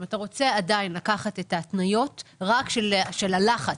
אם אתה רוצה עדיין לקחת את ההתניות רק של הלחץ,